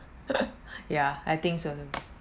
yeah I think certain